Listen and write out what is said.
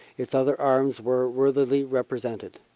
its other arms were worthily represented.